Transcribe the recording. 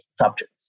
subjects